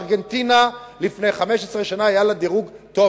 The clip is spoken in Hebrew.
לארגנטינה לפני 15 שנה היה דירוג טוב,